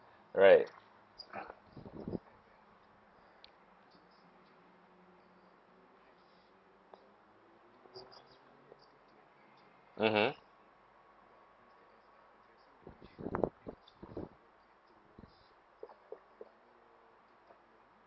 right mmhmm